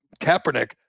Kaepernick